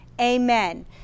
amen